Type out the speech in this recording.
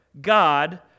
God